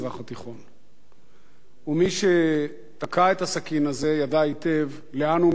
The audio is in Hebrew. ומי שתקע את הסכין הזה ידע היטב לאן הוא מכוון ולמה הוא מכוון.